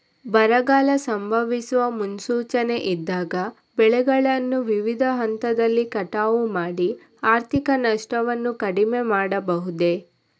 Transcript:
ಬರಗಾಲ ಸಂಭವಿಸುವ ಮುನ್ಸೂಚನೆ ಇದ್ದಾಗ ಬೆಳೆಗಳನ್ನು ವಿವಿಧ ಹಂತದಲ್ಲಿ ಕಟಾವು ಮಾಡಿ ಆರ್ಥಿಕ ನಷ್ಟವನ್ನು ಕಡಿಮೆ ಮಾಡಬಹುದೇ?